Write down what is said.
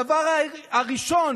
הדבר הראשון